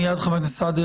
מיד חבר הכנסת סעדי,